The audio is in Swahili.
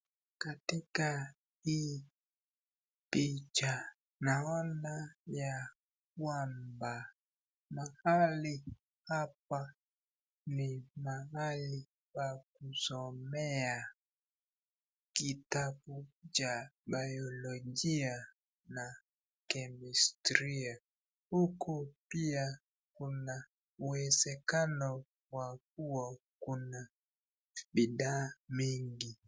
Katika hii picha naona yakwamba mahali apa ni mahali pakusomea kitabu cha biologia na kemia. Huku pia kuna uwezekano wa kuwa kuna bidhaa mingi.